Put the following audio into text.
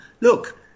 Look